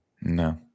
No